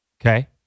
Okay